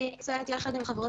אני נמצאת מחוץ